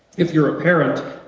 if you're a parent